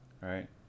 Right